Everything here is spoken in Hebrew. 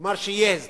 כלומר שיהיה הסדר.